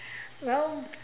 well